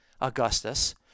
Augustus